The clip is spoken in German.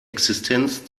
existenz